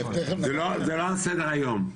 זה לא על סדר-היום.